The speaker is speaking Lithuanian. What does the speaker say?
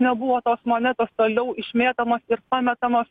nebuvo tos monetos toliau išmėtomos ir pametamos